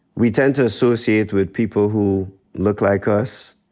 we tend to associate with people who look like us,